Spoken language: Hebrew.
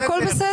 הכול בסדר.